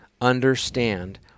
understand